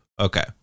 Okay